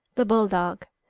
the bull-dog.